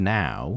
now